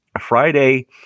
Friday